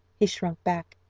he shrunk back,